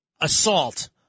assault